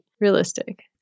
realistic